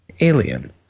Alien